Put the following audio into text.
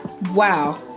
wow